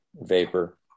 vapor